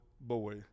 boy